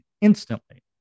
instantly